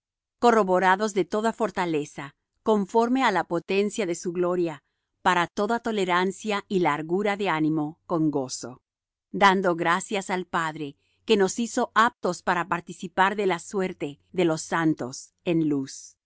corroborados de toda fortaleza conforme á la potencia de su gloria para toda tolerancia y largura de ánimo con gozo dando gracias al padre que nos hizo aptos para participar de la suerte de los santos en luz